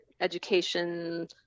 education